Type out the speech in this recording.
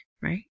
right